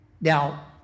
Now